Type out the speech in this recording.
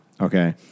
Okay